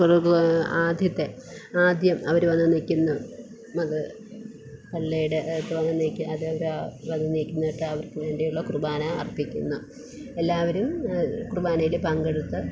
കുർബ്ബാ ആദ്യത്തെ ആദ്യം അവർ വന്നു നിൽക്കുന്നു അതു പള്ളിയുടെ അടുത്തു വന്നെനിക്ക് അതിൻ്റെ വന്നു നിന്നിട്ട് അവർക്ക് വേണ്ടിയുള്ള കുർബ്ബാന അർപ്പിക്കുന്നു എല്ലാവരും കുർബ്ബാനയിൽ പങ്കെടുത്ത്